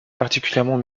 particulièrement